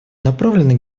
направленных